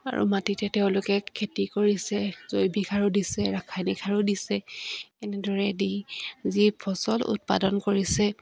আৰু মাটিতে তেওঁলোকে খেতি কৰিছে জৈৱিক সাৰো দিছে ৰাসায়নিক সাৰো দিছে এনেদৰেদি যি ফচল উৎপাদন কৰিছে